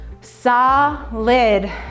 Solid